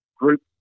group